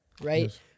right